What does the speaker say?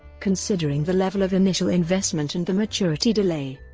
considering the level of initial investment and the maturity delay,